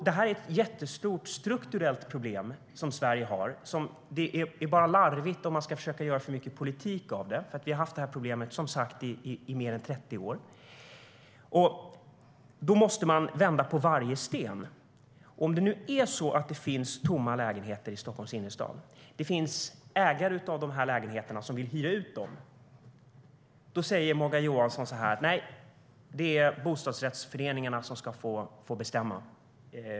Detta är ett jättestort strukturellt problem som Sverige har. Det blir bara larvigt om man ska försöka att göra för mycket politik av det, eftersom vi har haft det här problemet i mer än 30 år. Man måste vända på varje sten. När det nu finns tomma lägenheter i Stockholms innerstad och ägare som vill hyra ut dessa säger Morgan Johansson: Nej, det är bostadsrättsföreningarna som ska få bestämma.